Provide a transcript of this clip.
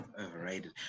overrated